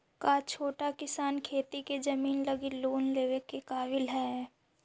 का छोटा किसान खेती के जमीन लगी लोन लेवे के काबिल हई?